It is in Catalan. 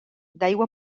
d’aigua